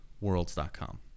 Worlds.com